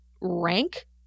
rank